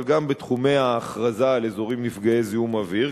אבל גם בתחומי ההכרזה על אזורים נפגעי זיהום אוויר,